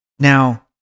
Now